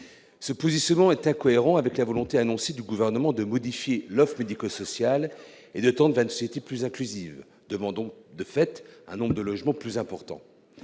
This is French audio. Ce positionnement est incohérent avec la volonté annoncée du Gouvernement de modifier l'offre médico-sociale et de tendre vers une société plus inclusive, ce qui demande, de fait, un nombre de logements plus important.